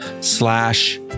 slash